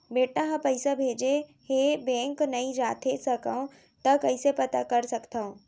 बेटा ह पइसा भेजे हे बैंक नई जाथे सकंव त कइसे पता कर सकथव?